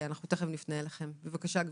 בבקשה תמשיכי.